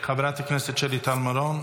חברת הכנסת שלי טל מירון,